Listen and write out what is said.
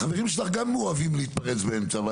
החברים שלך גם אוהבים להתפרץ באמצע.